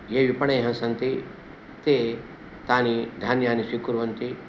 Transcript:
ये विपणयः सन्ति ते तानि धान्यानि स्वीकुर्वन्ति